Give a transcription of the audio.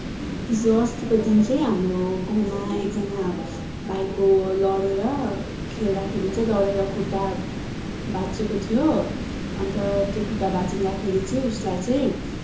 हिजो अस्तिको दिन चाहिँ हाम्रो गाउँमा एकजना भाइको लडेर खेल्दाखेरि चाहिँ लडेर खुट्टा भाँच्चिएको थियो अन्त त्यो खुट्टा भाँच्चिदाखेरि चाहिँ उसलाई चाहिँ